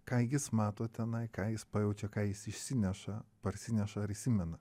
ką jis mato tenai ką jis pajaučia ką jis išsineša parsineša ar įsimena